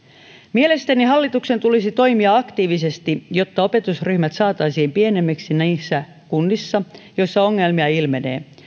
mielestäni hallituksen tulisi toimia aktiivisesti jotta opetusryhmät saataisiin pienemmiksi niissä kunnissa joissa ongelmia ilmenee